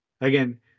again